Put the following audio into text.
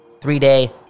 Three-day